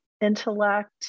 intellect